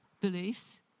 beliefs